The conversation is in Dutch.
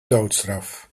doodstraf